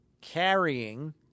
carrying